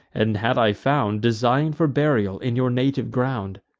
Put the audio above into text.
and, had i found, design'd for burial in your native ground.